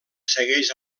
segueix